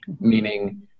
meaning